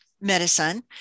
medicine